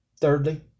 Thirdly